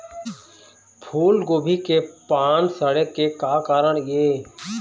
फूलगोभी के पान सड़े के का कारण ये?